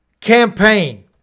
campaign